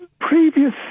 Previous